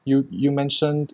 you you mentioned